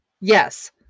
Yes